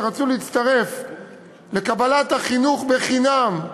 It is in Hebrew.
שרצו להצטרף לקבלת החינוך חינם,